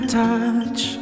touch